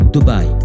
Dubai